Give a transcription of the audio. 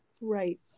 Right